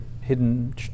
hidden